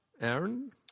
Aaron